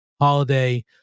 holiday